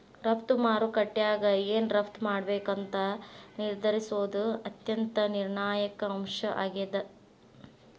ರಫ್ತು ಮಾರುಕಟ್ಯಾಗ ಏನ್ ರಫ್ತ್ ಮಾಡ್ಬೇಕಂತ ನಿರ್ಧರಿಸೋದ್ ಅತ್ಯಂತ ನಿರ್ಣಾಯಕ ಅಂಶ ಆಗೇದ